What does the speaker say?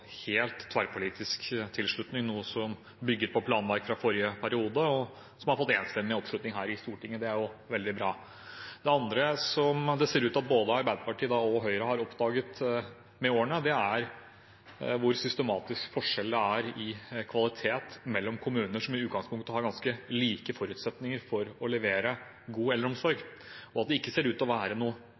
helt tverrpolitisk tilslutning, noe som bygger på planverk fra forrige periode, og som har fått enstemmig oppslutning her i Stortinget. Det er veldig bra. Det andre som det ser ut til at både Arbeiderpartiet og Høyre har oppdaget med årene, er hvor systematisk forskjell det er på kvaliteten mellom kommuner som i utgangspunktet har ganske like forutsetninger for å levere god eldreomsorg, og at det ikke ser ut til å være noe